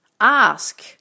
Ask